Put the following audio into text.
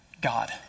God